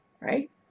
Right